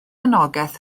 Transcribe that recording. anogaeth